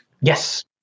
Yes